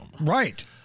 Right